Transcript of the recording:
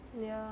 ya